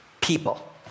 people